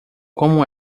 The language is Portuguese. como